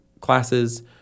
classes